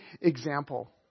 example